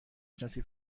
شناسی